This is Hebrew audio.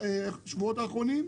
בשבועות האחרונים.